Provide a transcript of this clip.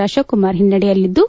Ashok Kumar ಹಿನ್ನಡೆಯಲ್ಲಿದ್ದು